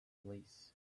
place